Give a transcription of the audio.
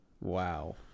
Wow